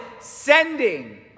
sending